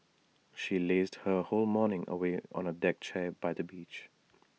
she lazed her whole morning away on A deck chair by the beach